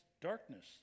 darkness